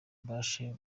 mbashe